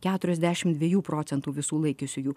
keturiasdešim dviejų procentų visų laikiusiųjų